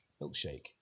Milkshake